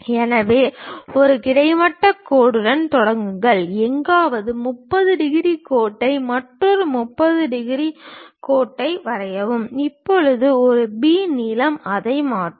எனவே ஒரு கிடைமட்ட கோடுடன் தொடங்குங்கள் எங்காவது 30 டிகிரி கோட்டை மற்றொரு 30 டிகிரி கோட்டை வரையவும் இப்போது ஒரு பி நீளம் அதை மாற்றும்